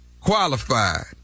qualified